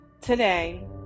today